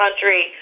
country